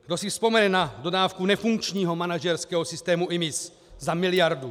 Kdo si vzpomene na dodávku nefunkčního manažerského systému IMIS za 1 mld?